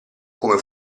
come